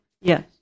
Yes